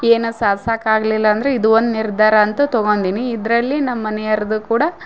ಏನು ಸಾಧ್ಸಕ್ಕೆ ಆಗಲಿಲ್ಲ ಅಂದ್ರ ಇದು ಒಂದು ನಿರ್ಧಾರ ಅಂತ ತಗೊಂಡೀನಿ ಇದರಲ್ಲಿ ನಮ್ಮ ಮನೆಯವರ್ದು ಕೂಡ